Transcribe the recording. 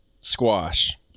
squash